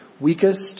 weakest